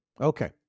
Okay